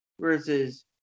versus